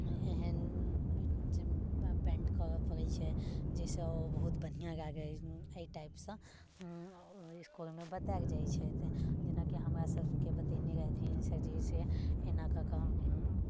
एहन पेंट करऽ पड़ैत छै जे से ओ बहुत बढ़िआँ लागैत एहि टाइप से इसकुलमे बताएल जाइत छै जेना कि हमरा सभके बतेने रहथिन सर जी से एना ककऽ हम